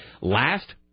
last